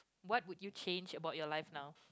what would you change about your life now